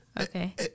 Okay